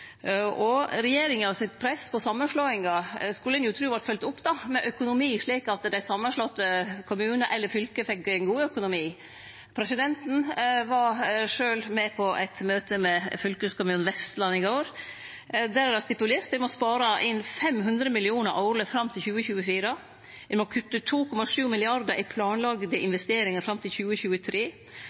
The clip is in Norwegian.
samanslåingar skulle ein tru vart følgt opp med økonomi, slik at dei samanslegne kommunane eller fylka fekk ein god økonomi. Presidenten var sjølv med på eit møte med fylkeskommunen Vestland i går, der er det stipulert at ein må spare inn 500 mill. kr årleg fram til 2024, ein må kutte 2,7 mrd. kr i planlagde investeringar fram til 2023.